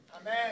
Amen